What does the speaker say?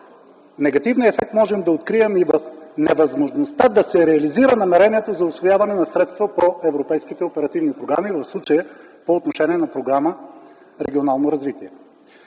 негативният ефект можем да открием и в невъзможността да се реализира намерението за усвояване на средства по европейските оперативни програми, в случая по отношение на Програма „Регионално развитие”.